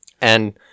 And-